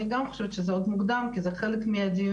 אני גם חושבת שזה עוד מוקדם כי זה חלק מהדיונים